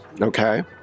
Okay